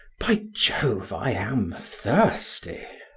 by jove, i am thirsty.